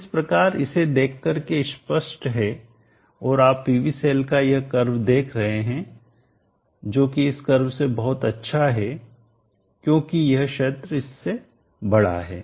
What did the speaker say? इस प्रकार इसे देखकर के स्पष्ट है और आप PV सेल का यह कर्व देख रहे हैं जो कि इस कर्व से बहुत अच्छा है क्योंकि यह क्षेत्र इससे बड़ा है